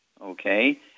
Okay